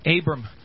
Abram